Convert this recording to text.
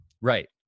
Right